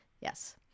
Yes